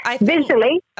visually